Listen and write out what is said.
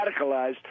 radicalized